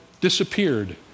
disappeared